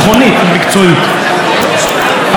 אני רוצה לשאול את חברת הכנסת לבני,